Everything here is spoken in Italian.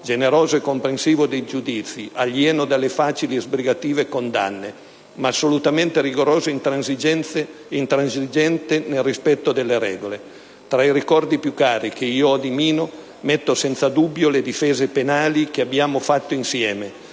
generoso e comprensivo nei giudizi, alieno dalle facili e sbrigative condanne, ma assolutamente rigoroso e intransigente nel rispetto delle regole. Tra i ricordi più cari che io ho di Mino metto senza alcun dubbio le difese penali che abbiamo fatto insieme,